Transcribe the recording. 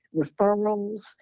referrals